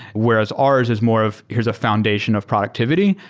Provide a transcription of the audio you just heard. whereas ours is more of here's a foundation of productivity,